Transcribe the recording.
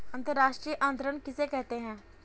अंतर्राष्ट्रीय अंतरण किसे कहते हैं?